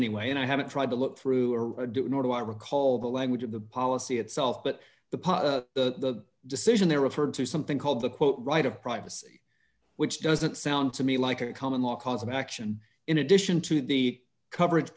anyway and i haven't tried to look through or do nor do i recall the language of the policy itself but the part of the decision there referred to something called the quote right of privacy which doesn't sound to me like a common law cause of action in addition to the coverage